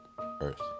Earth